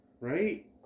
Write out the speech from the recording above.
Right